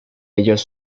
ellos